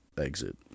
exit